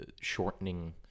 shortening